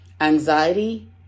anxiety